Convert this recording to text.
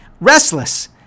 restless